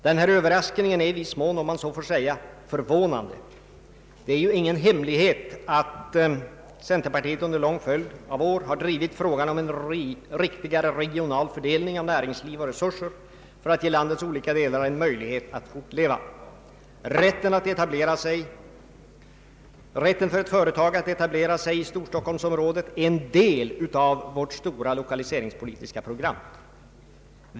Denna överraskning är i viss mån — om man så får säga — förvånande. Det är ju ingen hemlighet att centerpartiet under en lång följd av år har drivit frågan om en riktigare regional fördelning av näringsliv och resurser för att ge landets olika delar en möjlighet att fortleva. Rätten för ett företag att etablera sig i Storstockholmsområdet är en del av vårt stora lokaliseringspolitiska program.